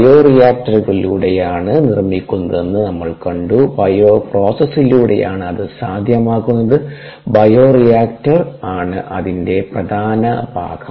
ബയോറിയാക്ടറുകളിലൂടെയാണ് മാബുകൾ നിർമ്മിക്കുന്നതെന്ന് നമ്മൾ കണ്ടു ബയോപ്രൊസെസ്സിലൂടെയാണ് അത് സാധ്യമാകുന്നത് ബയോറിയാക്ടർ ആണ് അതിൻറെ പ്രധാന ഭാഗം